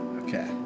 Okay